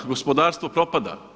Gospodarstvo propada.